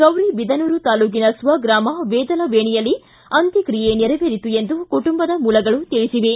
ಗೌರಿಬಿದನೂರು ತಾಲ್ಲೂಕಿನ ಸ್ವಗ್ರಾಮ ವೇದಲವೇಣಿಯಲ್ಲಿ ಅಂತ್ಯಕ್ರಿಯೆ ನೇರವೇರಿತು ಎಂದು ಕುಟುಂಬದದ ಮೂಲಗಳು ತಿಳಿಸಿವೆ